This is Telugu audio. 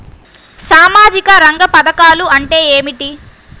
సామాజిక రంగ పధకాలు అంటే ఏమిటీ?